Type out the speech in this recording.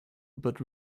but